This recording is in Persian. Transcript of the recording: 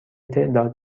تعداد